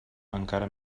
encara